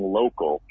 local